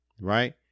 right